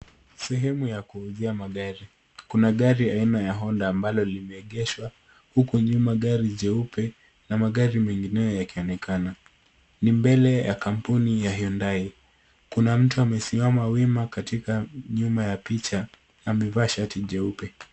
Sehemu ya kuuzia magari, kuna gari aina ya Honda ambalo limeegeshwa huku nyuma gari jeupe na magari mengineo yakionekana. Ni mbele ya kampuni ya Hyundai, kuna mtu amesimama wima katika nyuma ya picha amevaa shati jeupe.